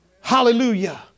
Hallelujah